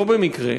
לא במקרה,